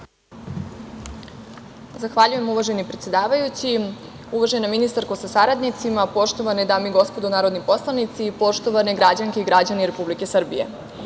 Zahvaljujem. Uvaženi predsedavajući, uvažena ministarko sa saradnicima, poštovane dame i gospodo narodni poslanici, poštovane građanke i građani Republike Srbije,